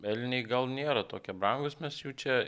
elniai gal nėra tokie brangūs mes jų čia